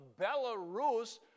Belarus